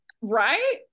Right